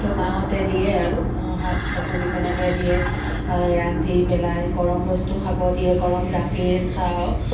তো মাহঁতে দিয়ে আৰু শাক পাচলি তেনেকৈ দিয়ে ৰান্ধি পেলাই গৰম বস্তু খাব দিয়ে গৰম গাখীৰ খাওঁ